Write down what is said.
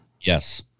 Yes